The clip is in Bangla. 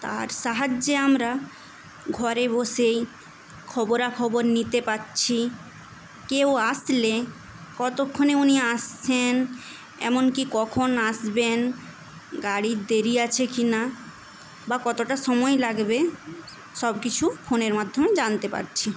তার সাহায্যে আমরা ঘরে বসেই খবরাখবর নিতে পাচ্ছি কেউ আসলে কতক্ষণে উনি আসছেন এমনকি কখন আসবেন গাড়ির দেরী আছে কিনা বা কতটা সময় লাগবে সবকিছু ফোনের মাধ্যমে জানতে পারছি